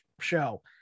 show